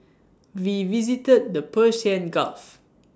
we visited the Persian gulf